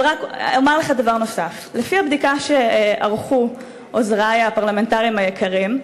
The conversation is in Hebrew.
אומר לך דבר נוסף: לפי הבדיקה שערכו עוזרי הפרלמנטריים היקרים,